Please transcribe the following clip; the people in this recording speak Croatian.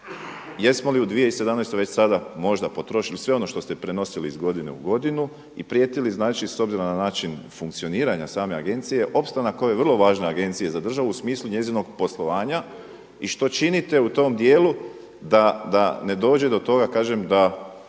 Jesmo li u 2017. već sada možda potrošili sve ono što ste prenosili iz godine u godinu i prijetili znači s obzirom na način funkcioniranja same agencije opstanak ove vrlo važne agencije za državu u smislu njezinog poslovanja i što činite u tom dijelu da ne dođe to toga, kažem da